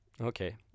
Okay